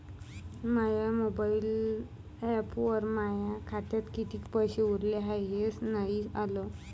माया mobile ॲपवर माया खात्यात किती पैसे उरले हाय हे नाही आलं